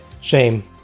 Shame